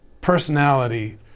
personality